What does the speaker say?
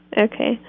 Okay